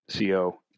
CO